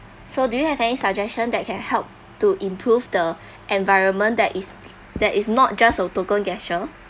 so do you have any suggestion that can help to improve the environment that is that is not just a token gesture